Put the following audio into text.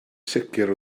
sicr